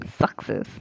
success